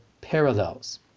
parallels